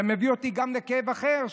זה מביא אותי גם לכאב אחר,